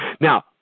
Now